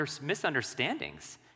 misunderstandings